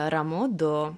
ramu du